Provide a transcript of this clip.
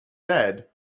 said